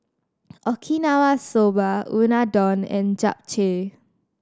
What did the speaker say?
Okinawa Soba Unadon and Japchae